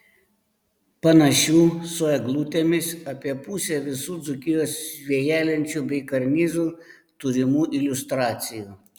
panašių su eglutėmis apie pusė visų dzūkijos vėjalenčių bei karnizų turimų iliustracijų